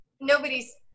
nobody's